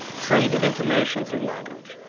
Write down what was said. traded information through language,